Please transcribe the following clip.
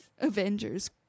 Avengers